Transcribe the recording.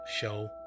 Show